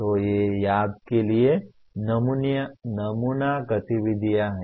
तो ये याद के लिए नमूना गतिविधियाँ हैं